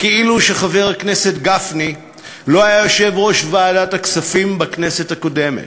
כאילו חבר הכנסת גפני לא היה יושב-ראש ועדת הכספים בכנסת הקודמת,